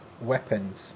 weapons